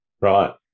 Right